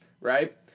Right